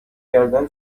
کردن